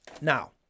Now